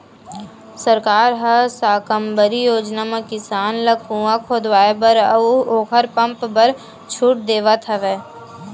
सरकार ह साकम्बरी योजना म किसान ल कुँआ खोदवाए बर अउ ओखर पंप बर छूट देवथ हवय